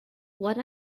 what